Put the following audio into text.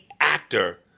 actor